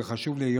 וחשוב לי,